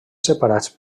separats